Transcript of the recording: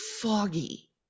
foggy